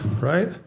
right